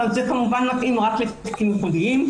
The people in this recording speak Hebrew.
זה כמובן מתאים רק לתיקים ייחודיים.